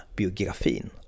biografin